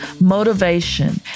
motivation